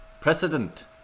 Precedent